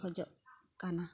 ᱠᱷᱚᱡᱚᱜ ᱠᱟᱱᱟ